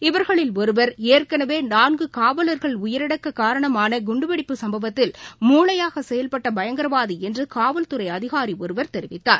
இவர்களில் ஒருவர் ஏற்கனவேநான்குகாவலர்கள் உயிரிழக்ககாரணமானகுண்டுவெடிப்பு சம்பவத்தில் மூளையாகசெயல்பட்டபயங்கரவாதிஎன்றுகாவல்துறைஅதிகாரிஒருவர் தெரிவித்தார்